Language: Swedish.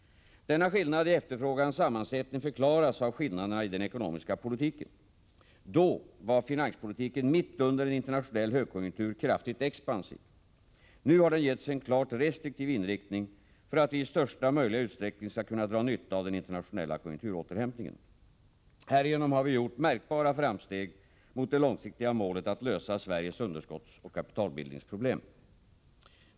Denna skillnad i efterfrågans sammansättning förklaras av skillnaderna i den ekonomiska politiken. Då var finanspolitiken, mitt under en internationell högkonjunktur, kraftigt expansiv. Nu har den getts en klart restriktiv inriktning för att vi i största möjliga utsträckning skall kunna dra nytta av den internationella konjunkturåterhämtningen. Härigenom har vi gjort märkbara framsteg mot det långsiktiga målet att lösa Sveriges underskottsoch kapitalbildningsproblem.